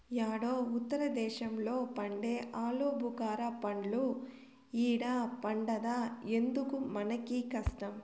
యేడో ఉత్తర దేశంలో పండే ఆలుబుకారా పండ్లు ఈడ పండద్దా ఎందుకు మనకీ కష్టం